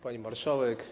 Pani Marszałek!